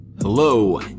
Hello